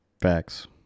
Facts